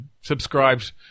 subscribed